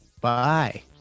bye